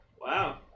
Wow